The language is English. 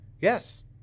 Yes